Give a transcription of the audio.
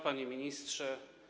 Panie Ministrze!